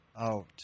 out